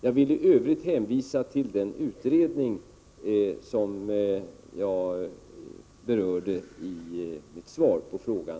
Jag vill i övrigt hänvisa till den utredning som jag berörde i mitt svar på frågan.